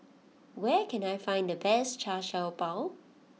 where can I find the best Char Siew Bao